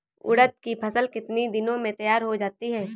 उड़द की फसल कितनी दिनों में तैयार हो जाती है?